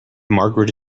margaret